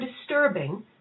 disturbing